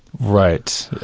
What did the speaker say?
right.